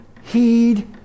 heed